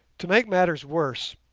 to make matters worse,